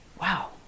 Wow